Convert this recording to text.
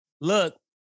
look